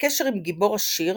בקשר עם גיבור עשיר